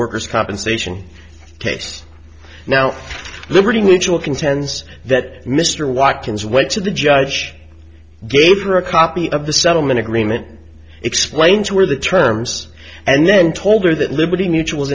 worker's compensation case now liberty mutual contends that mr watkins went to the judge gave her a copy of the settlement agreement explains where the terms and then told her that liberty mutual